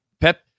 pep